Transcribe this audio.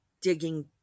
digging